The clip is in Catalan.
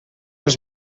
els